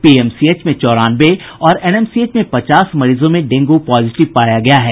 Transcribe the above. PMCH में चौरानवे और एनएमसीएच में पचास मरीजों में डेंगू पॉजिटिव पाया गया है